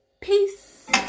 peace